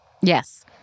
Yes